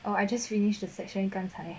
oh I just finish the section 刚才